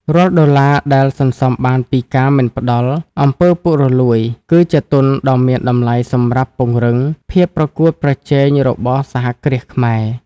រាល់ដុល្លារដែលសន្សំបានពីការមិនផ្ដល់ អំពើពុករលួយ គឺជាទុនដ៏មានតម្លៃសម្រាប់ពង្រឹងភាពប្រកួតប្រជែងរបស់សហគ្រាសខ្មែរ។